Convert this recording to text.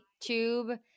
tube